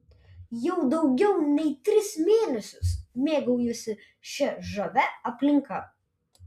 jau daugiau nei tris mėnesius mėgaujuosi šia žavia aplinka